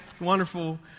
wonderful